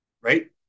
right